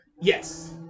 Yes